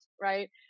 Right